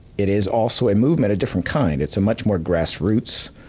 it is also a movement, a different kind. it's a much more grass roots,